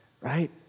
right